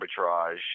arbitrage